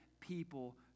people